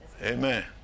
Amen